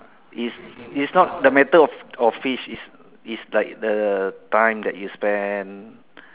it's it's not the matter of of fish it's like the time that you spend